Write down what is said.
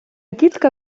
тітка